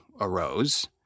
arose